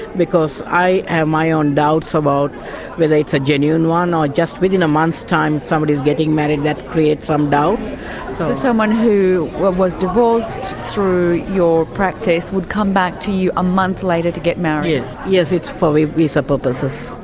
because i have my own doubts about whether it's a genuine one, or just within a month's time somebody is getting married, that creates some doubt. so someone who was divorced through your practice would come back to you a month later to get married. yes, it's for visa purposes.